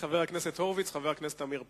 אחרי חבר הכנסת הורוביץ, חבר הכנסת עמיר פרץ.